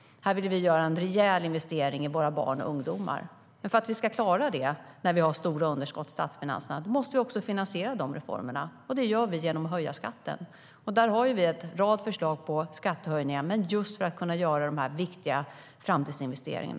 Här vill vi göra en rejäl investering i våra barn och ungdomar. För att vi ska klara detta när vi har stora underskott i statsfinanserna måste vi också finansiera de reformerna, och det gör vi genom att höja skatten. Vi har en rad förslag på skattehöjningar just för att kunna göra dessa viktiga framtidsinvesteringar.